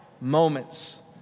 moments